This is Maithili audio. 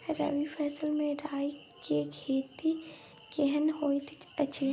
रबी फसल मे राई के खेती केहन होयत अछि?